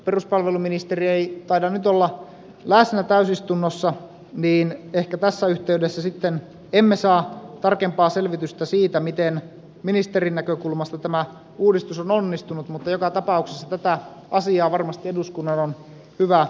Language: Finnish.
peruspalveluministeri ei taida nyt olla läsnä täysistunnossa joten ehkä tässä yhteydessä sitten emme saa tarkempaa selvitystä siitä miten ministerin näkökulmasta tämä uudistus on onnistunut mutta joka tapauksessa tätä asiaa varmasti eduskunnan on hyvä seurata